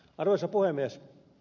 arvoisa puhemies